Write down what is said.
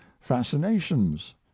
fascinations